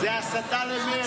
יש הבדל, זו הסתה למרד.